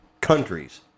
countries